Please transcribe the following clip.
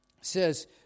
says